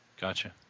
Gotcha